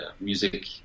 music